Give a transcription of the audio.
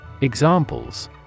Examples